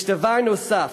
יש דבר נוסף